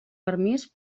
permís